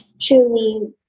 truly